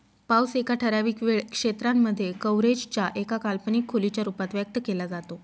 पाऊस एका ठराविक वेळ क्षेत्रांमध्ये, कव्हरेज च्या एका काल्पनिक खोलीच्या रूपात व्यक्त केला जातो